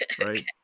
right